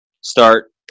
start